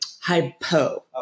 Hypo